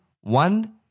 one